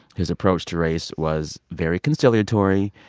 his approach to race was very conciliatory.